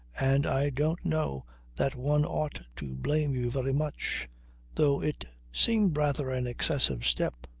and i don't know that one ought to blame you very much though it seemed rather an excessive step.